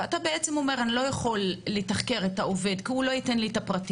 ואני לא יכול לתחקר את העובד כי הוא לא ייתן לי את הפרטים,